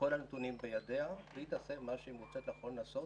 כל הנתונים בידיה והיא תעשה מה שהיא מוצאת לנכון לעשות.